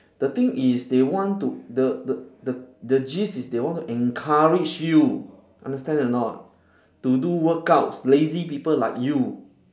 the thing is they want to the the the the gist is they want to encourage you understand or not to do workout lazy people like you